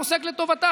פוסק לטובתה.